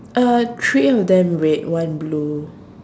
uh three of them red one blue